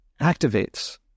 activates